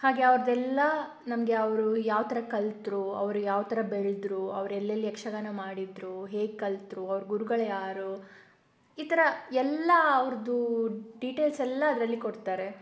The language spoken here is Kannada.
ಹಾಗೆ ಅವರದ್ದೆಲ್ಲ ನಮಗೆ ಅವರು ಯಾವ ಥರ ಕಲಿತರು ಅವರು ಥರ ಬೆಳೆದರು ಅವರು ಎಲ್ಲೆಲ್ಲಿ ಯಕ್ಷಗಾನ ಮಾಡಿದರು ಹೇಗೆ ಕಲಿತರು ಅವರ ಗುರುಗಳು ಯಾರು ಈ ಥರ ಎಲ್ಲ ಅವರದ್ದು ಡೀಟೇಲ್ಸ್ ಎಲ್ಲ ಅದರಲ್ಲಿ ಕೊಡ್ತಾರೆ